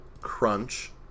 crunch